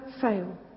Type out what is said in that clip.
fail